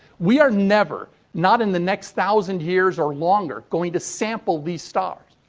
we are never, not in the next thousand years or longer, going to sample these stars.